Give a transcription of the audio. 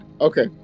Okay